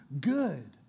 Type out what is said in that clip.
good